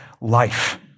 life